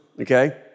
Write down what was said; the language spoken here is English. okay